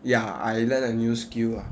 ya I learn a new skill ah